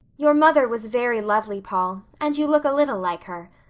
your mother was very lovely, paul, and you look a little like her.